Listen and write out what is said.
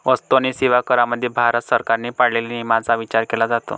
वस्तू आणि सेवा करामध्ये भारत सरकारने पाळलेल्या नियमांचा विचार केला जातो